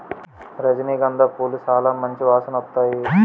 రజనీ గంధ పూలు సాలా మంచి వాసనొత్తాయి